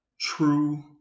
true